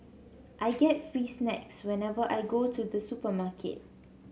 I get free snacks whenever I go to the supermarket